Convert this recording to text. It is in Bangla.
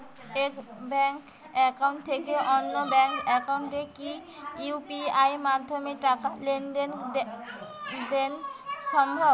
এক ব্যাংক একাউন্ট থেকে অন্য ব্যাংক একাউন্টে কি ইউ.পি.আই মাধ্যমে টাকার লেনদেন দেন সম্ভব?